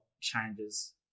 changes